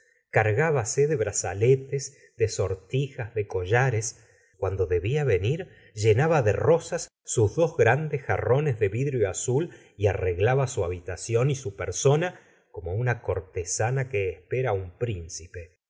cargábase de brazaletes de sortijas de collares cuando debia venir llenaba de rosas sus dos grandes jarrones de vidrio azul y arreglaba su habitación y su persona como una cortesana que espera á un príncipe